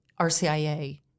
RCIA